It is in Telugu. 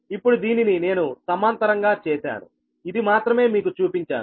ఇప్పుడు దీనిని నేను సమాంతరంగా చేశాను ఇది మాత్రమే మీకు చూపించాను